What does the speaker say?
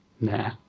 Nah